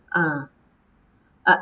ah uh